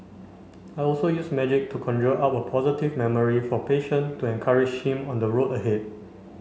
I also use music to conjure up a positive memory for a patient to encourage him on the road ahead